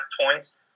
points